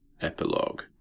Epilogue